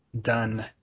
done